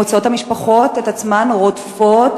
מוצאות המשפחות את עצמן רודפות,